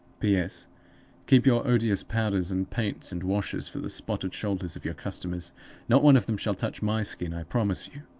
p s keep your odious powders and paints and washes for the spotted shoulders of your customers not one of them shall touch my skin, i promise you.